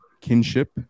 kinship